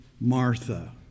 Martha